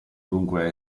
dunque